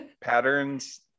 Patterns